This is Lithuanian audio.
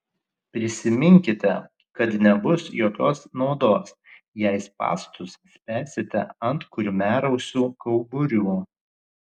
prisiminkite kad nebus jokios naudos jei spąstus spęsite ant kurmiarausių kauburių